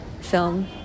film